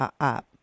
up